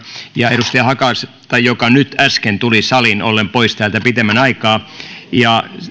ja edustaja hakasta joka nyt äsken tuli saliin oltuaan pois täältä pitemmän aikaa